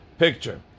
picture